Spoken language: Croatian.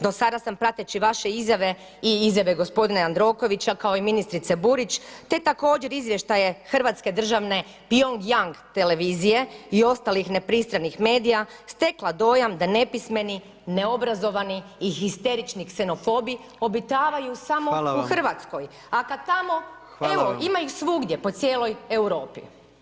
Do sada sam prateći vaše izjave i izjave gospodina Jandrokovića kao i ministrice Burić te također izvještaje Hrvatske državne pjong jang televizije i ostalih nepristranih medija stekla dojam da nepismeni, neobrazovani i histerični ksenofobi obitavaju samo u Hrvatskoj [[Upadica: Hvala vam.]] a kad tamo evo ima ih svugdje po cijeloj Europi.